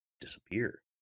disappear